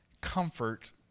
comfort